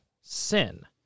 sin